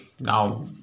now